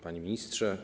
Panie Ministrze!